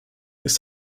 ist